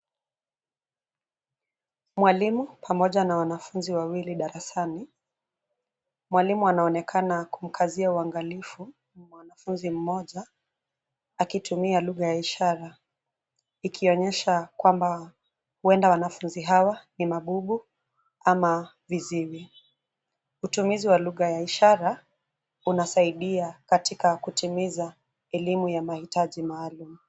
Mwalimu pamoja na wanafunzi wawili darasani. Mwalimu anaonekana kumkazia uangalifu mwanafunzi mmoja; akitumia lugha ya ishara, ikionyesha kwamba huenda wanafunzi hawa ni mabubu ama viziwi. Utumizi wa lugha ya ishara unasaidia katika kutimiza elimu ya mahitaji maalum.